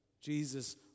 Jesus